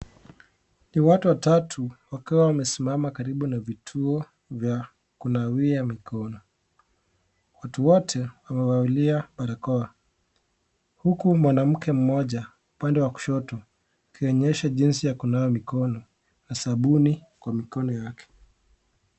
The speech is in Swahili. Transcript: Ni watu watatu wakiwa wamesimama karibu na vituo vya kunawia mikono . Watu wote wamevalia barakoa huku mwanamke mmoja upande wa kushoto akionyesha jinsi ya kunawa mikono ,sabuni Kwa mkono n Yake.